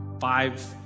five